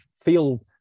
feel